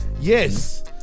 Yes